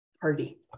party